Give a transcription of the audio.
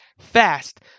Fast